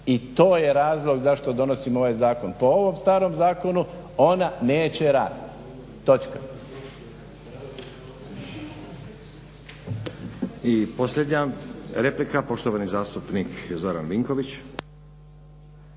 i to je razlog zašto donosimo ovaj zakon. Po ovom starom zakonu ona neće rast. Točka. **Stazić, Nenad (SDP)** I posljednja replika, poštovani zastupnik Zoran Vinković.